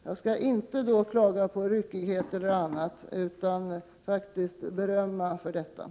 Jag skall då inte klaga på ryckighet och annat utan faktiskt berömma regeringen.